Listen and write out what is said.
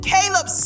Caleb